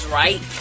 right